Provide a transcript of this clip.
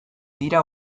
dira